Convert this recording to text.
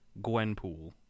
Gwenpool